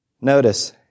Notice